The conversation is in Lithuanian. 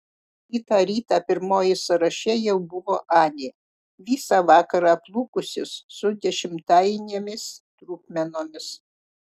kitą rytą pirmoji sąraše jau buvo anė visą vakarą plūkusis su dešimtainėmis trupmenomis